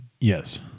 yes